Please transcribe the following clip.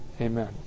Amen